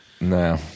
No